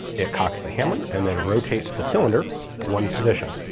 it cocks the hammer and then rotates the cylinder one position.